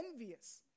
envious